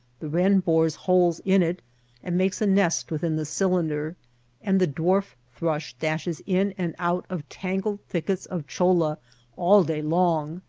the wren bores holes in it and makes a nest within the cylinder and the dwarf thrush dashes in and out of tangled thickets of cholla all day long,